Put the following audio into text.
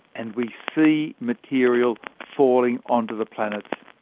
and we see material falling onto the planets.